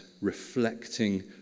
reflecting